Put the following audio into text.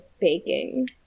baking